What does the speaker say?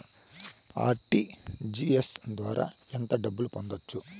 RTGS ద్వారా ఎంత డబ్బు పంపొచ్చు?